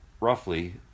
Roughly